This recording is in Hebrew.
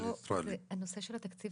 הנושא של התקציב,